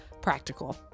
practical